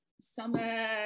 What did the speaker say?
summer